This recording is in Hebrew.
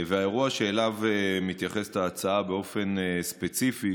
האירוע שאליו מתייחסת ההצעה באופן ספציפי,